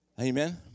Amen